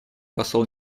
посол